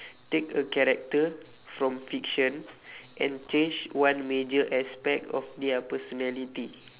take a character from fiction and change one major aspect of their personality